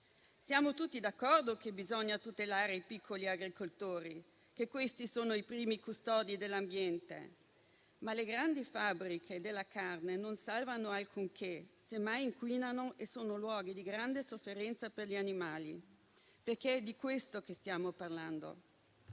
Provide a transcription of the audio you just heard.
Siamo tutti d'accordo che bisogna tutelare i piccoli agricoltori, che sono i primi custodi dell'ambiente, ma le grandi fabbriche della carne non salvano alcunché, semmai inquinano e sono luoghi di grande sofferenza per gli animali, perché è di questo che stiamo parlando.